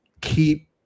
keep